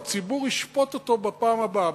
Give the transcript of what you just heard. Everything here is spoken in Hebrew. הציבור ישפוט אותו בפעם הבאה.